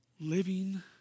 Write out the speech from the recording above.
living